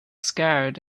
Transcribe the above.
scared